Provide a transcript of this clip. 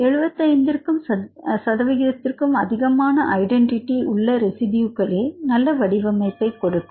75 சதவீதத்திற்கும் அதிகமான ஐடென்டிட்டி உள்ள ரெசிடியூகளே வடிவமைப்பை கொடுக்கும்